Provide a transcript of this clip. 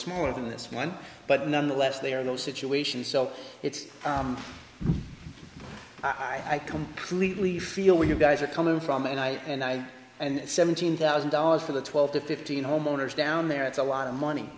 smaller than this one but nonetheless they are in those situations so it's i completely feel what you guys are coming from and i and i and seventeen thousand dollars to the twelve to fifteen homeowners down there it's a lot of